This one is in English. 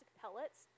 pellets